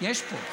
יש פה.